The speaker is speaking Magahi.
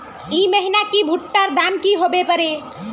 ई महीना की भुट्टा र दाम की होबे परे?